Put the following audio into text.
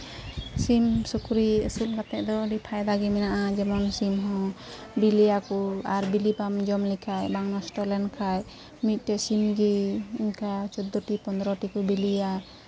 ᱥᱤᱢ ᱥᱩᱠᱨᱤ ᱟᱹᱥᱩᱞ ᱠᱟᱛᱮᱫ ᱫᱚ ᱟᱹᱰᱤ ᱯᱷᱟᱭᱫᱟ ᱜᱮ ᱢᱮᱱᱟᱜᱼᱟ ᱡᱮᱢᱚᱱ ᱥᱤᱢ ᱦᱚᱸ ᱵᱤᱞᱤᱭᱟᱠᱚ ᱟᱨ ᱵᱤᱞᱤ ᱵᱟᱢ ᱡᱚᱢ ᱞᱮᱠᱷᱟᱡ ᱵᱟᱝ ᱱᱚᱥᱴᱚ ᱞᱮᱱᱠᱷᱟᱡ ᱢᱤᱫᱴᱮᱡ ᱥᱤᱢ ᱜᱮ ᱤᱱᱠᱟ ᱪᱳᱫᱽᱫᱳᱴᱤ ᱯᱚᱱᱨᱚᱴᱤ ᱠᱚ ᱵᱤᱞᱤᱭᱟ